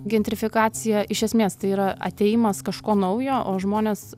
gentrifikacija iš esmės tai yra atėjimas kažko naujo o žmonės